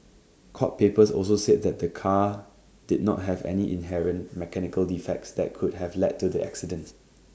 court papers also said that the car did not have any inherent mechanical defects that could have led to the accident